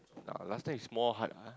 uh last time is more hard ah